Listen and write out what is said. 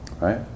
Right